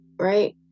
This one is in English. right